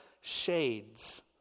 shades